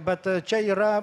bet čia yra